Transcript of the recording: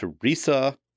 Teresa